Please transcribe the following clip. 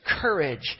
courage